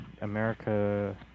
America